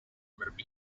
marine